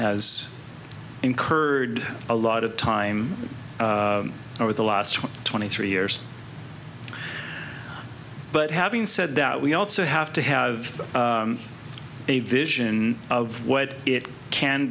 has incurred a lot of time over the last twenty three years but having said that we also have to have a vision of what it can